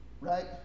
Right